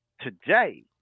today